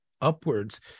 upwards